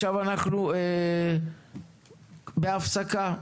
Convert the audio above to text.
אנחנו יוצאים להפסקה,